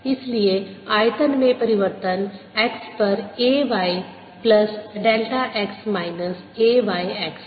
इसलिए आयतन में परिवर्तन x पर A y plus delta x minus A y x है